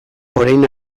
orain